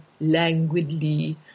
languidly